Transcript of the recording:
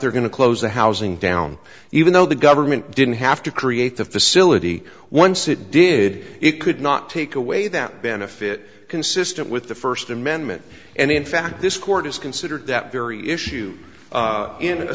they're going to close the housing down even though the government didn't have to create the facility once it did it could not take away that benefit consistent with the first amendment and in fact this court is considered that very issue in a